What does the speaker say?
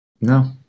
No